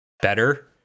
better